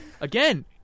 Again